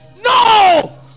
no